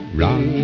run